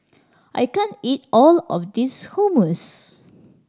I can't eat all of this Hummus